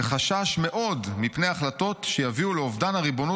וחשש מאוד מפני החלטות שיביאו לאובדן הריבונות